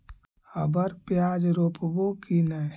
अबर प्याज रोप्बो की नय?